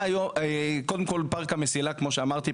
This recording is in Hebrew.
קודם כל פארק המסילה כמו שאמרתי,